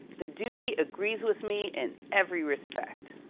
the duty agrees with me in every respect.